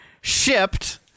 Shipped